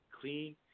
clean